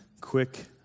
quick